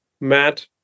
Matt